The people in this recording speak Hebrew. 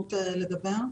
ההזדמנות לדבר.